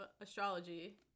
astrology